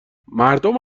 مردم